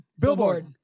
Billboard